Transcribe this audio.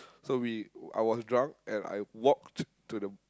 so we I was drunk and I walked to the